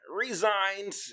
Resigned